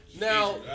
Now